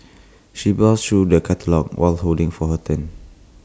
she browsed through the catalogues while holding for her turn